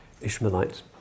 Ishmaelites